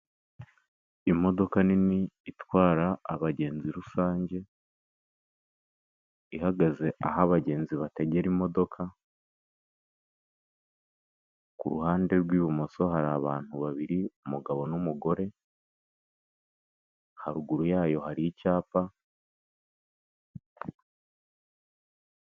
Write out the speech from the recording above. Imodoka nini itwara abagenzi rusange, ihagaze aho abagenzi bategera imodoka, ku ruhande rw'ibumoso hari abantu babiri, umugabo n'umugore, haruguru yayo hari icyapa.